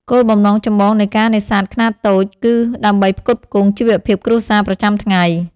គោលបំណងចម្បងនៃការនេសាទខ្នាតតូចគឺដើម្បីផ្គត់ផ្គង់ ជីវភាពគ្រួសារ ប្រចាំថ្ងៃ។